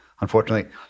unfortunately